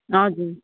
हजुर